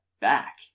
back